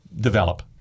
develop